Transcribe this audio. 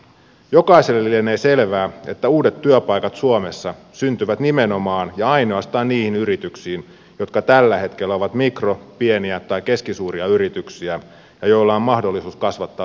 jokaiselle lienee selvää että uudet työpaikat suomessa syntyvät nimenomaan ja ainoastaan niihin yrityksiin jotka tällä hetkellä ovat mikro pieniä tai keskisuuria yrityksiä ja joilla on mahdollisuus kasvattaa liiketoimintaansa